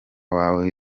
wawe